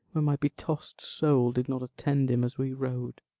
when my betossed soul did not attend him as we rode?